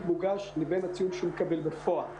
מוגש בו לבין הציון שהוא מקבל בפועל.